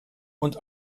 und